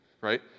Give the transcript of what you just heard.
right